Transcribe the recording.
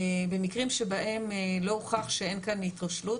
במקרים שבהם לא הוכח שאין כאן התרשלות,